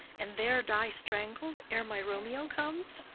and there die strangled ere my romeo comes?